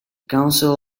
council